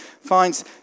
finds